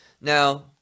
now